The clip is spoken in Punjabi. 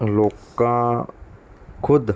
ਲੋਕ ਖੁਦ